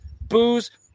booze